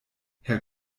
herr